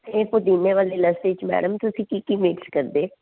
ਇਹ ਪੁਦੀਨੇ ਵਾਲੀ ਲੱਸੀ 'ਚ ਮੈਡਮ ਤੁਸੀਂ ਕੀ ਕੀ ਮਿਕਸ ਕਰਦੇ